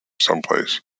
someplace